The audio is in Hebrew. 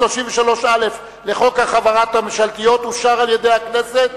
33א לחוק החברות הממשלתיות אושרה על-ידי הכנסת,